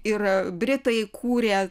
ir britai kūrė